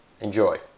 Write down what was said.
Enjoy